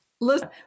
listen